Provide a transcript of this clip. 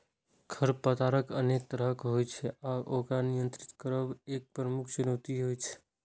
खरपतवार अनेक तरहक होइ छै आ ओकर नियंत्रित करब एक प्रमुख चुनौती होइ छै